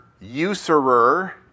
usurer